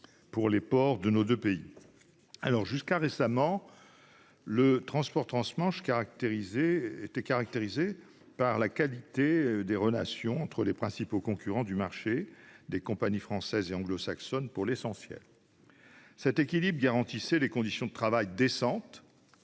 pour les ports de nos deux pays. Jusqu'à récemment, le transport transmanche était caractérisé par la bonne qualité des relations entre les principaux concurrents du marché, des compagnies françaises et anglo-saxonnes pour l'essentiel. Cet équilibre garantissait des conditions de travail décentes